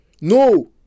No